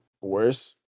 worse